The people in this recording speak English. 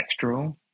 textural